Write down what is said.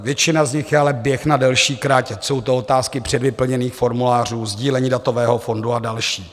Většina z nich je ale běh na delší trať, ať jsou to otázky předvyplněných formulářů, sdílení datového fondu a další.